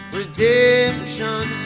redemption